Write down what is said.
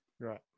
right